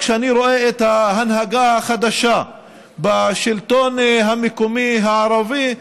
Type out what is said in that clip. כשאני רואה את ההנהגה החדשה בשלטון המקומי הערבי,